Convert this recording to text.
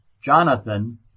Jonathan